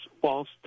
false